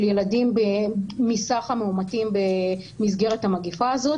ילדים מסך המאומתים במסגרת המגפה הזאת.